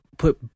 put